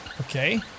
Okay